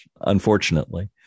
unfortunately